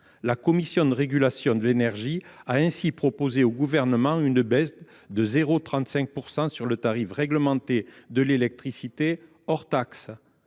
La Commission de régulation de l’énergie a ainsi proposé au Gouvernement une baisse de 0,35 % sur le tarif réglementé de l’électricité hors taxes.